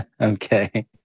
okay